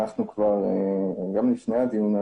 אנחנו כבר גם לפני הדיון הזה,